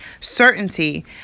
certainty